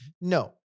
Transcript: No